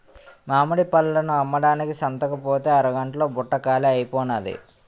మామిడి పళ్ళను అమ్మడానికి సంతకుపోతే అరగంట్లో బుట్ట కాలీ అయిపోనాది